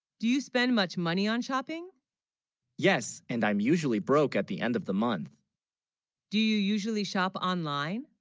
do you spend much money on shopping yes and i'm usually broke at the end of the month do you usually shop online,